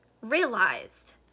realized